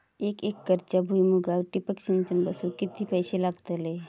एक एकरच्या भुईमुगाक ठिबक सिंचन बसवूक किती पैशे लागतले?